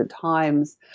times